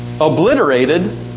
obliterated